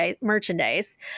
merchandise